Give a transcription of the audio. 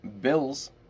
bills